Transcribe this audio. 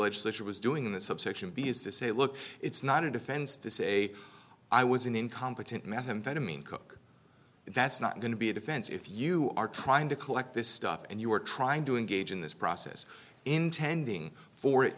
legislature was doing in this subsection b is to say look it's not a defense to say i was an incompetent methamphetamine cook that's not going to be a defense if you are trying to collect this stuff and you are trying to engage in this process intending for it